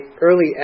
early